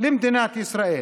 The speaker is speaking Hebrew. למדינת ישראל,